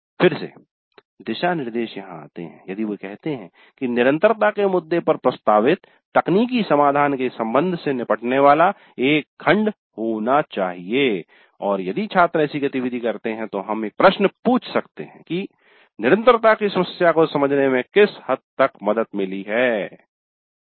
फिर से दिशानिर्देश यहाँ आते है यदि वे कहते हैं कि निरंतरता के मुद्दे पर प्रस्तावित तकनीकी समाधान के संबंध से निपटने वाला एक खंड होना चाहिए और यदि छात्र ऐसी गतिविधि करते हैं तो हम एक प्रश्न पूछ सकते हैं कि "निरंतरता की समस्या को समझने में किस हद तक मदद मिली है"